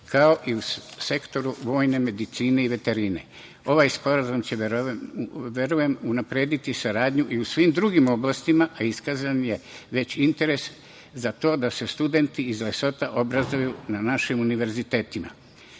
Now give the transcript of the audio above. kao i u sektoru vojne medicine i veterine. Ovaj sporazum će, verujem, unaprediti saradnju i u svim dugim oblastima, a iskazan je već interes za to da se studenti iz Lesota obrazuju na našim univerzitetima. Srbija